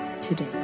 today